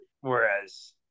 Whereas